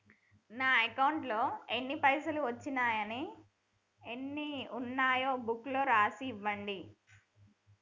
నా అకౌంట్లో ఎన్ని పైసలు వచ్చినాయో ఎన్ని ఉన్నాయో బుక్ లో రాసి ఇవ్వండి?